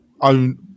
own